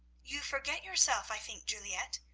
you forget yourself, i think, juliette,